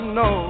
no